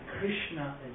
Krishna